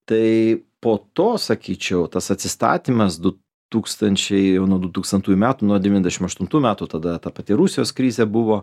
tai po to sakyčiau tas atsistatymas du tūkstančiai jau nuo du tūkstantųjų metų nuo devyniasdešimt aštuntų metų tada ta pati rusijos krizė buvo